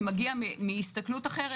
זה מגיע מהסתכלות אחרת.